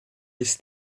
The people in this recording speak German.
ist